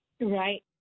Right